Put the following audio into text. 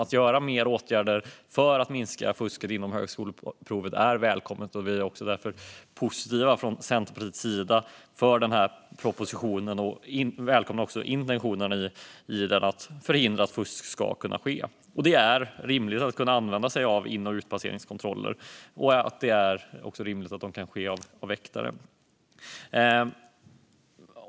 Att vidta fler åtgärder för att minska fusket inom högskoleprovet är därför välkommet, och från Centerpartiet är vi positiva till propositionen. Vi välkomnar också intentionen att förhindra att fusk ska kunna ske. Det är rimligt att kunna använda sig av in och utpasseringskontroller, och det är också rimligt att de kan göras av väktare.